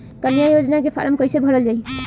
कन्या योजना के फारम् कैसे भरल जाई?